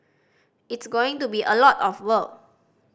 it's going to be a lot of work